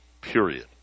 Period